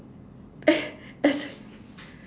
as as in